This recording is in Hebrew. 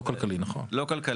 לא כלכלי, נכון.